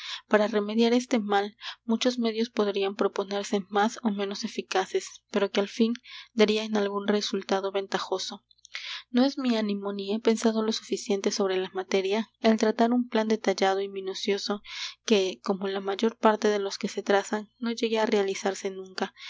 para remediar este mal muchos medios podrían proponerse más ó menos eficaces pero que al fin darían algún resultado ventajoso no es mi ánimo ni he pensado lo suficiente sobre la materia el trazar un plan detallado y minucioso que como la mayor parte de los que se trazan no llegue á realizarse nunca